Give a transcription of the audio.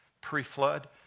pre-flood